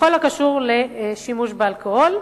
בכל הקשור לשימוש באלכוהול.